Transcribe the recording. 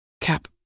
Cap